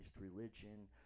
religion